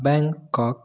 Bangkok